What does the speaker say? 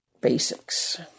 Basics